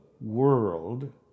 world